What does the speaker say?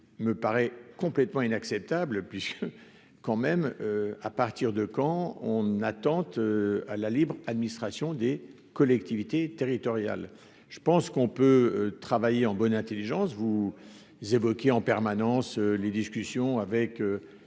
me paraît complètement inacceptable puisque, quand même, à partir de quand on attente à la libre administration des collectivités territoriales, je pense qu'on peut travailler en bonne Intelligence, vous évoquez en permanence les discussions avec